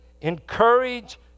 encourage